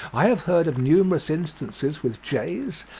i have heard of numerous instances with jays,